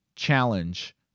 challenge